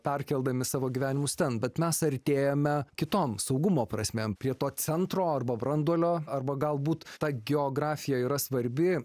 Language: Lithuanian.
perkeldami savo gyvenimus ten bet mes artėjame kitom saugumo prasme prie to centro arba branduolio arba galbūt ta geografija yra svarbi